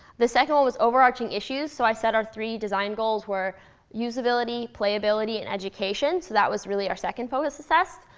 the second one was overarching issues. so i said our three design goals were usability, playability, and education. so that was really our second focus assessed.